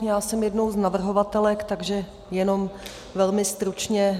Já jsem jednou z navrhovatelek, takže jenom velmi stručně.